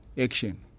action